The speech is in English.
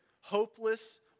hopeless